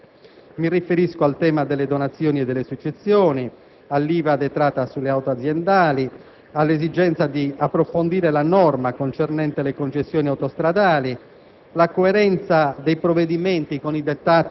una compiuta definizione in questo decreto. Mi riferisco al tema delle donazioni e delle successioni, all'IVA detratta sulle auto aziendali, all'esigenza di approfondire la norma concernente le concessioni autostradali,